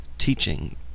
teaching